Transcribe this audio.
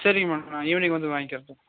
சரிங்க மேடம் நான் ஈவினிங் வந்து வாங்கிக்கிறேன்